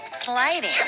sliding